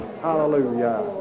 Hallelujah